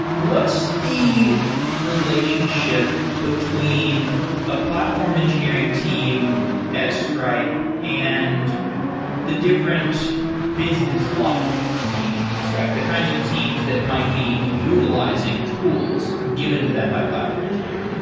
what's the relationship between a platform engineering team at stripe and the different business logic teams at stripe? the kinds of teams that might be utilizing tools given to them by platform engineering.